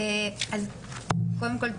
קודם כל,